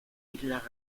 islas